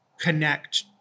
connect